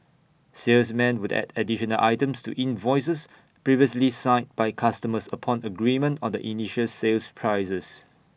salesmen would add additional items to invoices previously signed by customers upon agreement on the initial sales prices